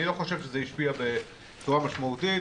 אני לא חושב שזה השפיע בצורה משמעותית,